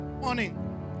morning